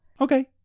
Okay